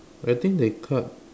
I think they cut